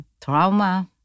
trauma